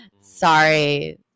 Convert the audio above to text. sorry